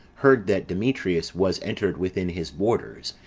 heard that demetrius was entered within his borders,